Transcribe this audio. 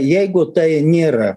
jeigu tai nėra